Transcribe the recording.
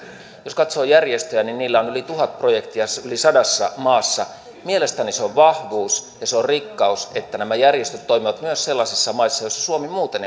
jos katsoo järjestöjä niin niillä on yli tuhat projektia yli sadassa maassa mielestäni se on vahvuus ja se on rikkaus että nämä järjestöt toimivat myös sellaisissa maissa joissa suomi muuten